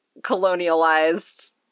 colonialized